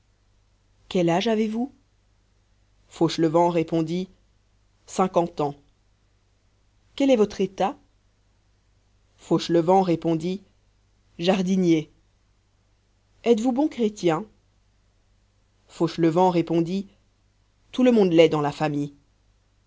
quel âge avez-vous fauchelevent répondit cinquante ans quel est votre état fauchelevent répondit jardinier êtes-vous bon chrétien fauchelevent répondit tout le monde l'est dans la famille